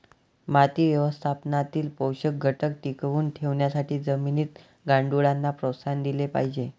माती व्यवस्थापनातील पोषक घटक टिकवून ठेवण्यासाठी जमिनीत गांडुळांना प्रोत्साहन दिले पाहिजे